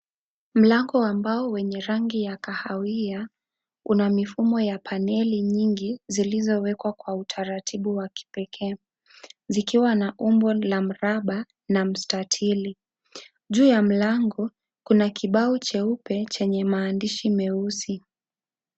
Mlango wa mbao wenye rangi ya kahawia. Una mifumo ya paneli nyingi, zilizowekwa kwa utaratibu wa kipekee. Zikiwa na umbo la miraba na mistatili. Juu ya mlango, kuna kibao cheupe chenye maandishi meusi.